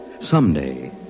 Someday